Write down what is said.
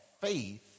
faith